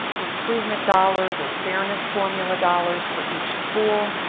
and improvement dollars or fairness formula dollars for each school,